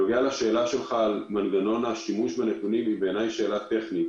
לגבי השאלה שלך על מנגנון השימוש בנתונים בעיניי זו שאלה טכנית.